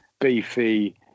beefy